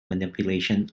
manipulation